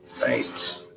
Right